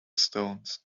stones